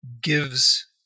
gives